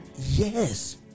Yes